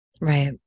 Right